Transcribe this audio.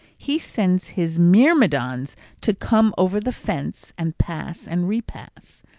he sends his myrmidons to come over the fence and pass and repass.